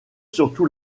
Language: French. surtout